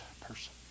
person